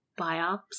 biops